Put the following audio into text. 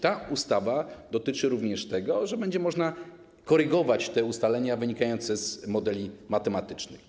Ta ustawa dotyczy również tego, że będzie można korygować te ustalenia wynikające z modeli matematycznych.